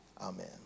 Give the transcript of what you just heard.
Amen